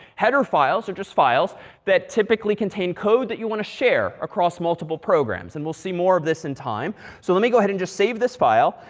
header files are just files that typically contain code that you want to share across multiple programs. and we'll see more of this in time. so let me go ahead and just save this file.